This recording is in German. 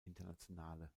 internationale